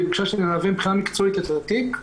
היא ביקשה שאני אלווה מבחינה מקצועית את התיק.